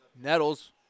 Nettles